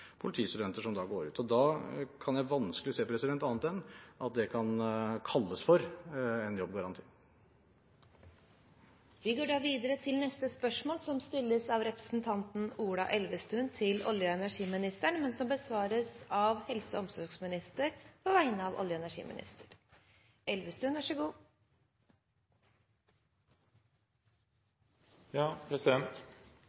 politistudenter som går ut. Da kan jeg vanskelig se annet enn at det kan kalles for en jobbgaranti. Spørsmål 9, fra representanten Ola Elvestuen til olje- og energiministeren, vil bli besvart av helse- og omsorgsministeren på vegne av olje- og